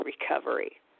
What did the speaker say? recovery